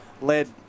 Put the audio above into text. led